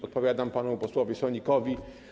Odpowiadam panu posłowi Sonikowi.